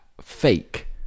fake